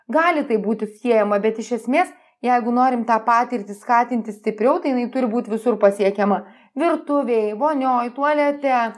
gali tai būti siejama bet iš esmės jeigu norim tą patirtį skatinti stipriau tai jinai turi būt visur pasiekiama virtuvėj vonioj tualet